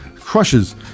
crushes